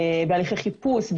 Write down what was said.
בהליכי חיפוש,